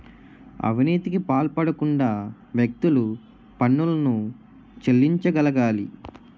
అవినీతికి పాల్పడకుండా వ్యక్తులు పన్నులను చెల్లించగలగాలి